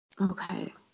Okay